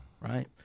Right